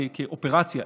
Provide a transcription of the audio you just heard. כאופרציה,